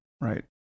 right